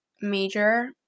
major